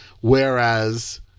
Whereas